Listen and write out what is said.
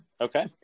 Okay